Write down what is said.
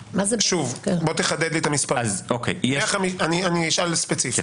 --- שוב, תחדד לי את המספרים, ואשאל ספציפית: